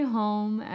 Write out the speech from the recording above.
home